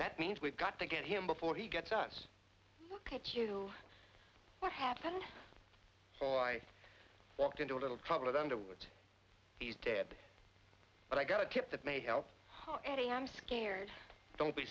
that means we've got to get him before he gets us look at you what happened so i walked into a little trouble at underwood he's dead but i got a tip that may help her eddie i'm scared don't be